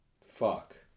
fuck